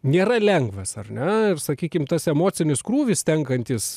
nėra lengvas ar ne ir sakykim tas emocinis krūvis tenkantis